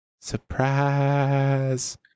surprise